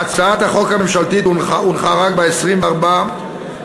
הצעת החוק הממשלתית הונחה רק ב-24 ביוני,